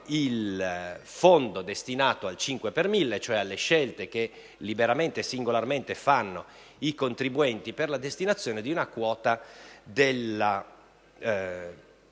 il fondo destinato al 5 per mille, cioè alle scelte che liberamente e singolarmente possono fare i contribuenti per la destinazione di una quota dell'imposta